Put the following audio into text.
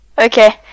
Okay